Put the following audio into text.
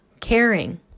caring